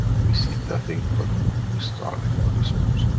we see nothing but the star in the other souls.